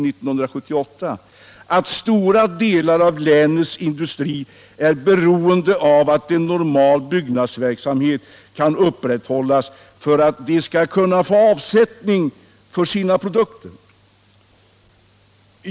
Det heter där att stora delar av länets industri är beroende av att en normal byggnadsverksamhet kan upprätthållas för att företagen skall kunna få avsättning för sina produkter.